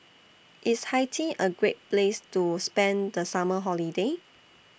IS Haiti A Great Place to spend The Summer Holiday